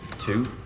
Two